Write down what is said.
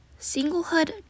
singlehood